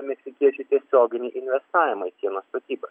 meksikiečių tiesioginį investavimą į sienos statybas